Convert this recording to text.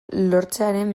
lortzearen